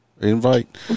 Invite